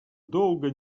долго